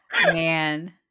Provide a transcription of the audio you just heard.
Man